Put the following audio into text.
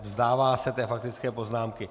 Vzdává se té faktické poznámky.